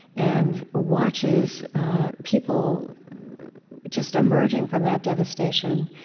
and watches people just emerging from that devastation.